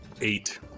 eight